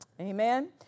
Amen